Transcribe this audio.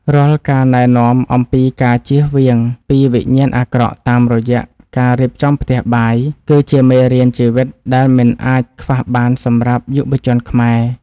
រាល់ការណែនាំអំពីការជៀសវាងពីវិញ្ញាណអាក្រក់តាមរយៈការរៀបចំផ្ទះបាយ គឺជាមេរៀនជីវិតដែលមិនអាចខ្វះបានសម្រាប់យុវជនខ្មែរ។